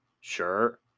Sure